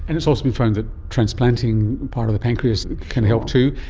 it has also been found that transplanting part of the pancreas can help too,